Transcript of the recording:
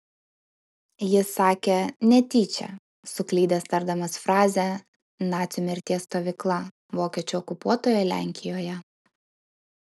jis sakė netyčia suklydęs tardamas frazę nacių mirties stovykla vokiečių okupuotoje lenkijoje